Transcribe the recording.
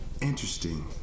interesting